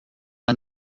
man